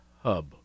hub